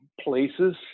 places